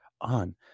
on